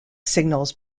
signals